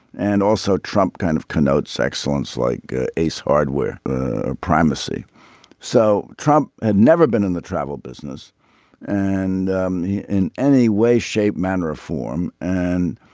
and also trump kind of connotes excellence like ace hardware primacy so trump had never been in the travel business and in any way shape manner or form and